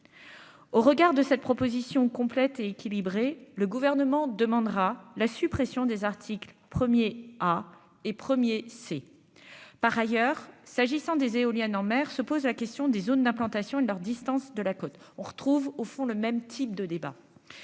au regard de cette proposition complète et équilibrée, le gouvernement demandera la suppression des articles 1er ah et 1er s'est par ailleurs s'agissant des éoliennes en mer, se pose la question des zones d'implantation de leur distance de la côte, on retrouve au fond le même type de débat